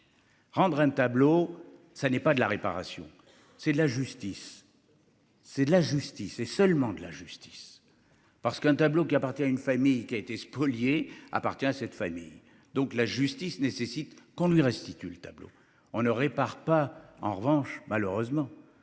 rendre un tableau. Ça n'est pas de la réparation, c'est la justice. C'est la justice et seulement de la justice parce qu'un tableau qui appartient à une famille qui a été spolié appartient à cette famille. Donc la justice nécessite qu'on lui restitue le tableau, on ne répare pas en revanche malheureusement